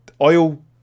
oil